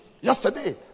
Yesterday